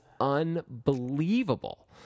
unbelievable